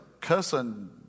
cussing